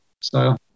style